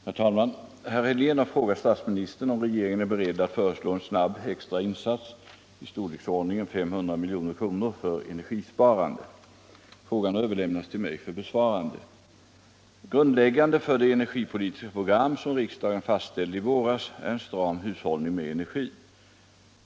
Herr talman! Herr Helén har frågat statsministern om regeringen är beredd att föreslå en snabb extra insats — i storleksordningen 500 milj.kr. — för energisparande. Frågan har överlämnats till mig för besvarande. Grundläggande för det energipolitiska program som riksdagen fastställde i våras är en stram hushållning med energi.